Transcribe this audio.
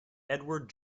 edward